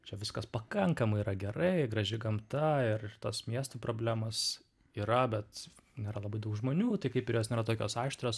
čia viskas pakankamai yra gerai graži gamta ir tos miestų problemos yra bet nėra labai daug žmonių tai kaip ir jos nėra tokios aštrios